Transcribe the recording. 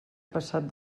passat